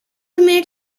minute